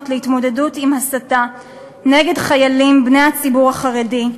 להתמודדות עם הסתה נגד חיילים בני הציבור החרדי.